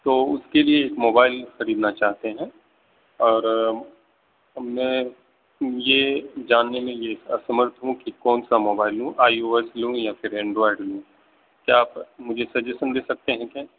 تو اس کے لیے ایک موبائل خریدنا چاہتے ہیں اور ہم نے یہ جاننے میں یہ اسمرتھ ہوں کہ کون سا موبائل لوں آئی او ایس لوں یا پھر اینڈرائڈ لوں کیا آپ مجھے سجیشن دے سکتے ہیں کیا